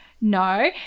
no